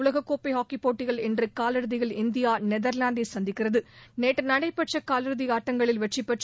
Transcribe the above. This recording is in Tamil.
உலக கோப்பை ஹாக்கிப்போட்டியில் இன்று காலிறுதியில் இந்தியா நெதர்லாந்தை சந்திக்கிறது நேற்று நடைபெற்ற காலிறுதி ஆட்டங்களில் வெற்றிபெற்று